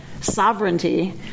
sovereignty—